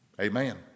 Amen